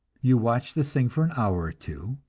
you watch this thing for an hour two,